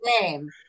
name